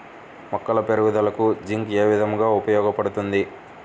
మొక్కల పెరుగుదలకు జింక్ ఏ విధముగా ఉపయోగపడుతుంది?